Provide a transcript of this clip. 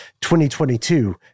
2022